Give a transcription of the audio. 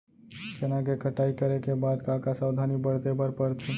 चना के कटाई करे के बाद का का सावधानी बरते बर परथे?